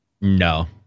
No